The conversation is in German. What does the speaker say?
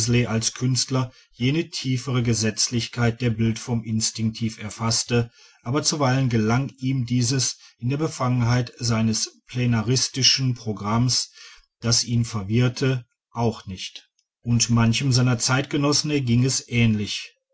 als künstler jene tiefere gesetzlichkeit der bildform instinktiv erfaßte aber zuweilen gelang ihm dies in der befangenheit seines pleinairistischen pro grammes das ihn verwirrte auch nicht und manchem seiner zeitgenossen erging es ähnlich